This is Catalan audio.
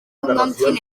cognoms